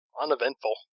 uneventful